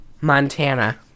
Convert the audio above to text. Montana